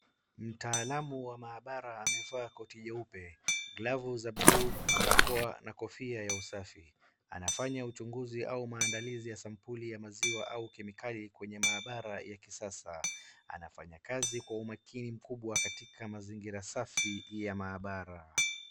Mtaalamu wa maabara amevaa koti jeupe , glavu za buluu barakoa na kofia ya usafi , anafanya uchunguzi au maandalizi ya sampuli ya maziwa au kemikali kwenye maabara ya kisasa ,anafanya kazi kwa umakini mkubwa katika mazingira safi ya maabara.